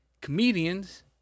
comedians